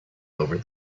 over